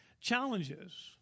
challenges